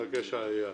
בבקשה, איל,